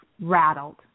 rattled